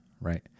right